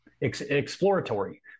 exploratory